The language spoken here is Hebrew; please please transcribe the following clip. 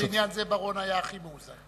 דווקא בעניין זה, בר-און היה הכי מאוזן.